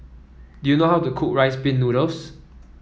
do you know how to cook Rice Pin Noodles